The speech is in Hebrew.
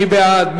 מי בעד?